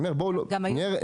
גם היו מקרים מעולם.